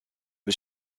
was